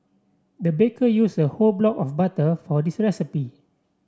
the baker used a whole block of butter for this recipe